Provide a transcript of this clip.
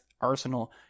arsenal